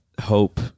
hope